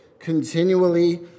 continually